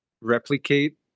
replicate